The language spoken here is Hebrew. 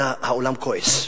אלא העולם כועס.